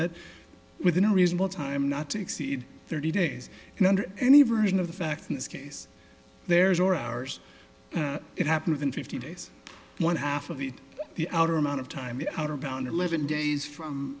that within a reasonable time not to exceed thirty days and under any version of the facts in this case there's or hours it happen within fifty days one half of the outer amount of time the outer bound eleven days from